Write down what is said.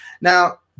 Now